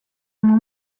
oma